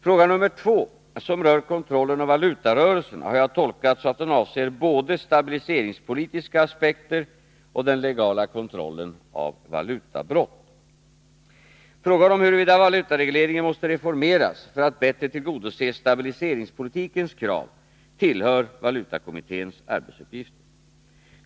Fråga 2 som rör kontrollen av valutarörelserna har jag tolkat så att den avser både stabiliseringspolitiska aspekter och den legala kontrollen av valutabrott. Frågan om huruvida valutaregleringen måste reformeras för att bättre tillgodose stabiliseringspolitikens krav tillhör valutakommitténs arbetsuppgifter.